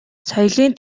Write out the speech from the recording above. соёлын